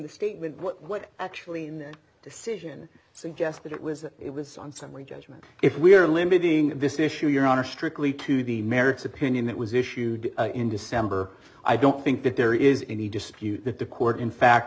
the statement what actually in their decision suggested it was it was on summary judgment if we are limiting this issue your honor strictly to the merits opinion that was issued in december i don't think that there is any dispute that the court in fact